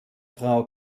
frau